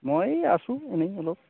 মই আছোঁ এনেই অলপ